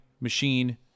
machine